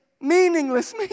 meaningless